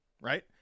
right